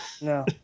No